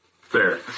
Fair